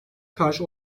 karşı